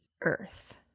earth